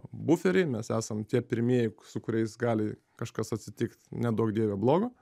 buferiai mes esam tie pirmieji su kuriais gali kažkas atsitikt neduok dieve blogo